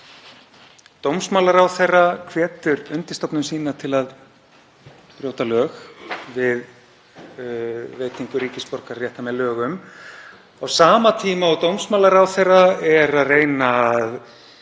Dómsmálaráðherra hvetur undirstofnun sína til að brjóta lög við veitingu ríkisborgararéttar með lögum á sama tíma og dómsmálaráðherra reynir að